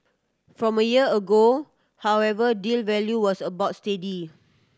from a year ago however deal value was about steady